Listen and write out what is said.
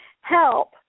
help